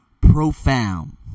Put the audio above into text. profound